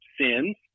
sins